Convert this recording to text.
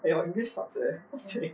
eh your english sucks eh